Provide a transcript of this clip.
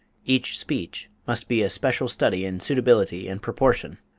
each speech must be a special study in suitability and proportion.